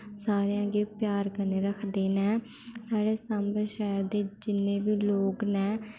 सारें गी गै प्यार कन्नै रखदे न साढ़ै सांबा शैह्र दे जिन्ने बी लोग न